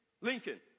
Lincoln